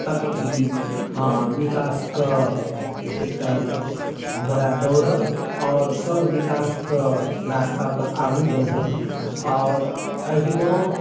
तक ई विकासके एकटा घोड़ा दौड़ै आओर सब विकासके रास्तापर आगू बढ़ै आओर एहिमे